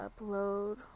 upload